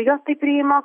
jos tai priima